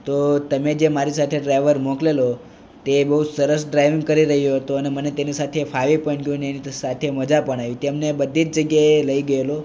તો તમે જે મારી સાથે ડ્રાઇવર મોકલેલો તે બહુ સરસ ડ્રાઇવિંગ કરી રહ્યો હતો અને મને તેની સાથે ફાવી પણ ગયું અને એની સાથે મજા પણ આવી તે મને બધી જ જગ્યાએ લઇ ગયેલો